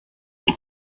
noch